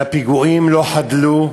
והפיגועים לא חדלו,